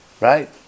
Right